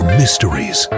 mysteries